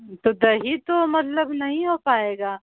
تو دہی تو مطلب نہیں ہو پائے گا